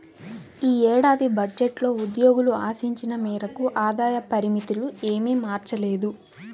ఈ ఏడాది బడ్జెట్లో ఉద్యోగులు ఆశించిన మేరకు ఆదాయ పరిమితులు ఏమీ మార్చలేదు